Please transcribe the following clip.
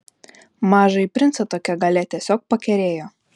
mažąjį princą tokia galia tiesiog pakerėjo